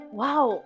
wow